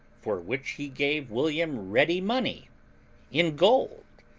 for which he gave william ready money in gold,